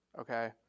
Okay